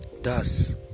Thus